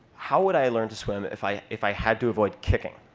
how would i learn to swim if i if i had to avoid kicking?